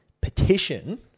petition